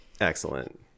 Excellent